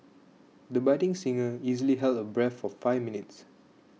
the budding singer easily held her breath for five minutes